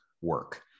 work